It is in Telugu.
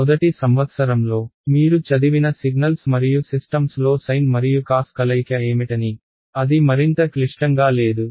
మొదటి సంవత్సరంలో మీరు చదివిన సిగ్నల్స్ మరియు సిస్టమ్స్లో సైన్ మరియు కాస్ కలయిక ఏమిటని అది మరింత క్లిష్టంగా లేదు